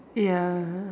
ya